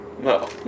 No